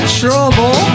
trouble